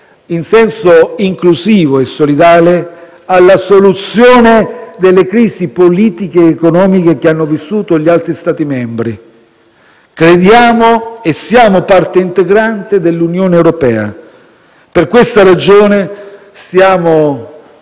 in senso inclusivo e solidale alla soluzione delle crisi politiche ed economiche che hanno vissuto gli altri Stati membri. Crediamo e siamo parte integrante dell'Unione europea. Per questa ragione stiamo